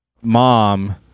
mom